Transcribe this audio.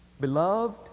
Beloved